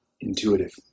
intuitive